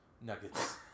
Nuggets